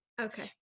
Okay